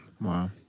Wow